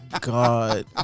god